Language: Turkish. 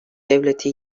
devleti